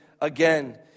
again